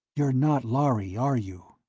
you're not lhari, are you?